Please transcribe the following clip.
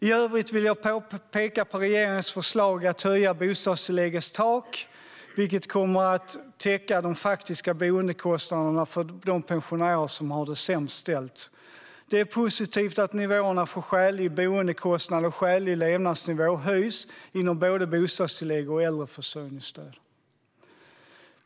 I övrigt vill jag peka på regeringens förslag att höja bostadstilläggets tak, vilket kommer att täcka de faktiska boendekostnaderna för de pensionärer som har det sämst ställt. Det är positivt att nivåerna för skälig boendekostnad och skälig levnadsnivå höjs inom både bostadstillägg och äldreförsörjningsstöd.